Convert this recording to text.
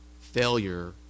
failure